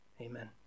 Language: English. Amen